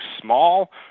small